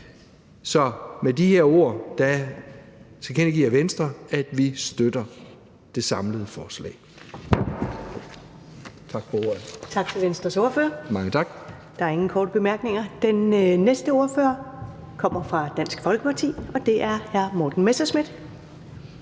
Så med de her ord tilkendegiver Venstre, at vi støtter det samlede forslag.